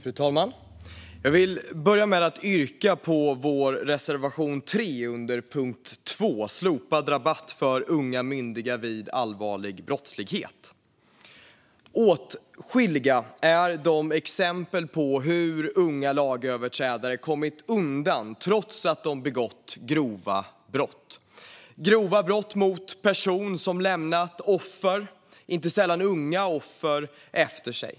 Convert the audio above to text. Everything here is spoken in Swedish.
Fru talman! Jag vill börja med att yrka bifall till vår reservation 3 under punkt 2, Slopad rabatt för unga myndiga vid allvarlig brottslighet. Åtskilliga är de exempel på hur unga lagöverträdare kommit undan trots att de begått grova brott. Det handlar om grova brott begångna av personer som lämnat offer, inte sällan unga offer, efter sig.